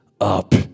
up